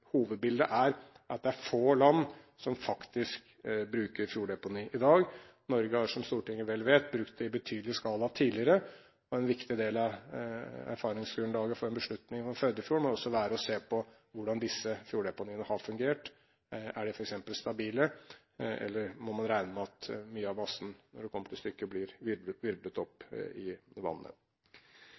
i dag. Norge har, som Stortinget vel vet, brukt det i betydelig skala tidligere, og en viktig del av erfaringsgrunnlaget for en beslutning om Førdefjorden må også være å se på hvordan disse fjorddeponiene har fungert. Er de f.eks. stabile, eller må man regne med at mye av massen, når det kommer til stykket, blir virvlet opp i vannet?